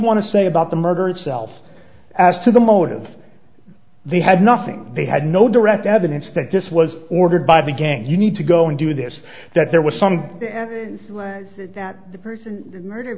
want to say about the murder itself as to the motives they had nothing they had no direct evidence that this was ordered by the gang you need to go and do this that there was some that the